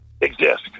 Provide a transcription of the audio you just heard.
exist